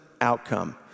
outcome